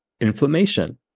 inflammation